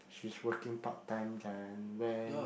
she's working part time then when